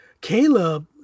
Caleb